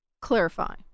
clarify